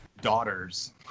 Daughters